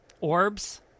orbs